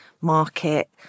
market